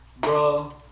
bro